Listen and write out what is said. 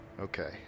Okay